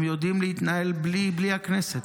הם יודעים להתנהל בלי הכנסת.